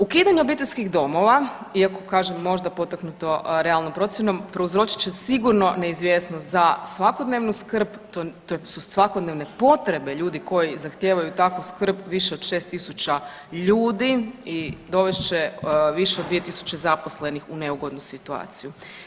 Ukidanje obiteljskih domova, iako kažem, možda potaknuto realnom procjenom, prouzročit će sigurno neizvjesnost za svakodnevnu skrb, to su svakodnevne potrebe ljudi koji zahtijevaju takvu skrb, više od 6 000 ljudi i dovest će više od 2 000 zaposlenih u neugodnu situaciju.